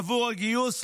עבור הגיוס,